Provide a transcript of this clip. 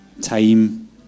time